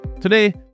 Today